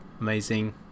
amazing